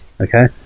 Okay